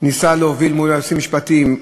ניסה להוביל מול היועצים המשפטיים,